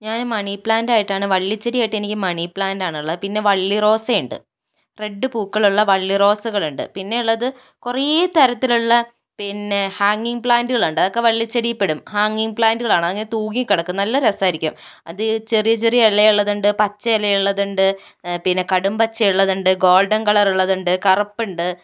ഞാൻ money plant ആയിട്ടാണ് വള്ളിച്ചെടി ആയിട്ട് എനിക്ക് മണി പ്ലാൻ്റ് ആണുള്ളേ പിന്നെ വള്ളി റോസയുണ്ട് റെഡ് പൂക്കൾ ഉള്ള വള്ളി റോസകള് ഉണ്ട് പിന്നെ ഉള്ളത് കുറെ തരത്തിലുള്ള പിന്നെ ഹാങ്ങിംഗ് പ്ലാന്റുകള് ഉണ്ട് അതൊക്കെ വള്ളിചെടിയിൽ പെടും ഹാങ്ങിംഗ് പ്ലാന്റ് ആണ് ഇങ്ങനെ തൂങ്ങി കിടക്കും നല്ല രസമായിരിക്കും അത് ചെറിയ ചെറിയ ഇല ഉള്ളത് ഉണ്ട് പച്ച ഇല ഉള്ളത് ഉണ്ട് പിന്നെ കടുംപച്ച ഉള്ളതുണ്ട് പിന്നേ ഗോള്ഡന് കളറുള്ളത് കറുപ്പുണ്ട്